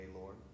Lord